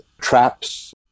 traps